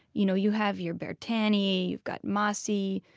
you know you have your bertani you've got masi.